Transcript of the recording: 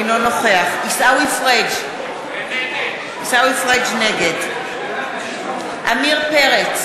אינו נוכח עיסאווי פריג' נגד עמיר פרץ,